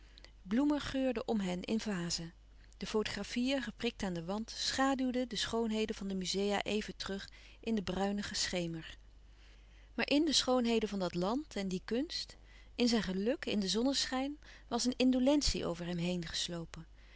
bloemen geurden om hen in vazen de fotographieën geprikt aan den wand schaduwden de schoonheden van de muzea even terug in den bruinigen schemer maar in de schoonheden van dat land en die kunst in zijn geluk in den zonneschijn was een indolentie over hem heen geslopen